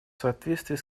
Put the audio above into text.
соответствии